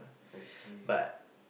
I see